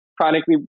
chronically